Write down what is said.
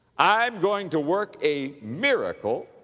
i'm going to work a miracle